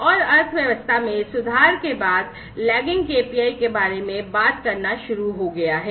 और अर्थव्यवस्था में सुधार के बाद लैगिंग केपीआई के बारे में बात करना शुरू हो गया है